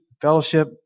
fellowship